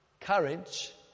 courage